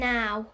now